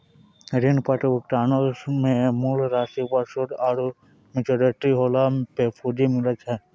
ऋण पत्र भुगतानो मे मूल राशि पर सूद आरु मेच्योरिटी होला पे पूंजी मिलै छै